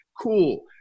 Cool